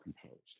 composed